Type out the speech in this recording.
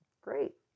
great